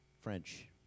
French